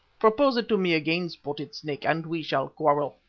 propose it to me again, spotted snake, and we shall quarrel.